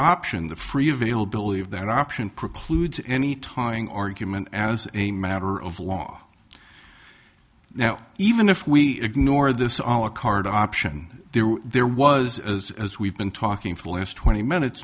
option the free availability of that option precludes any tying argument as a matter of law now even if we ignore this all a card option there were there was as as we've been talking for the last twenty minutes